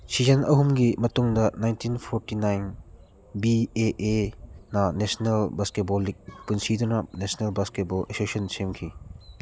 season ꯑꯍꯨꯝꯒꯤ ꯃꯇꯨꯡꯗ nineteen forty nine B A ꯑꯦꯅ ꯕꯥꯁꯀꯦꯠꯕꯣꯜ ꯂꯤꯛ ꯄꯨꯁꯤꯟꯗꯨꯅ ꯅꯦꯁꯅꯦꯜ ꯕꯥꯁꯀꯦꯠꯕꯣꯜ ꯑꯦꯁꯦꯁꯤꯌꯦꯁꯟ ꯁꯦꯝꯈꯤ